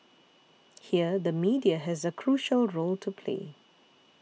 here the media has a crucial role to play